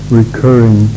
recurring